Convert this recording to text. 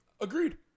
Agreed